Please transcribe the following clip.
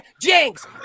Jinx